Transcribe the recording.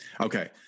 Okay